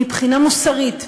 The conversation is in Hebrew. מבחינה מוסרית,